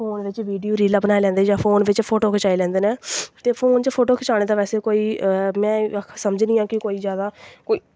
phone बिच्च video रीलां बनाई लैंदे जां फोन बिच्च फोटो खचाई लैंदे न ते फोन बिच्च फोटो खचाने दा बैसे में समझनी आं कोई जैदा कोई एह्दी